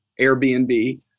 Airbnb